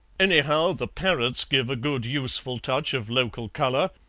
anyhow, the parrots give a good useful touch of local colour.